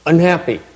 Unhappy